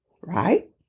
right